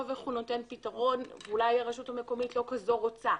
איך הוא נותן פתרון ואולי הרשות המקומית לא כזו רוצה.